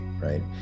right